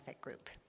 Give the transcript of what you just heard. group